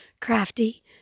crafty